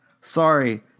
Sorry